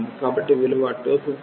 కాబట్టి విలువ2563